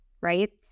right